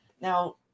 now